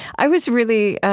i was really